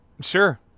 Sure